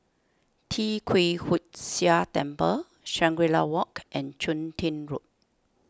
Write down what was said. Tee Kwee Hood Sia Temple Shangri La Walk and Chun Tin Road